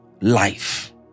life